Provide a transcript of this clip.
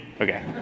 Okay